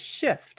shift